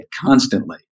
constantly